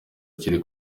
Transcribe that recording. kiri